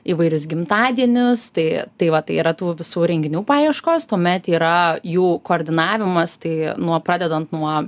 įvairius gimtadienius tai tai va tai yra tų visų renginių paieškos tuomet yra jų koordinavimas tai nuo pradedant nuo